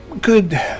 Good